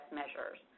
measures